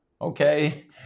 okay